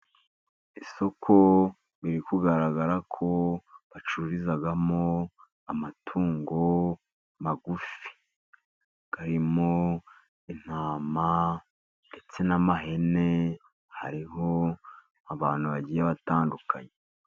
Isoko biri kugaragara ko bacururizamo amatungo magufi harimo intama, ndetse n'ihene, hariho abantu bagiye batandukanye.